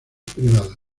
privadas